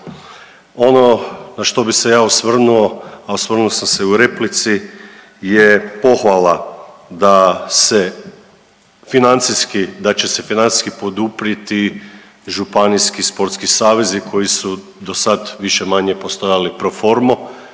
Ono na što bih se ja osvrnuo, a osvrnuo sam se i u replici je pohvala da se financijski, da će se financijski poduprijeti županijski sportski savezi koji su do sad, više-manje postojali pro formo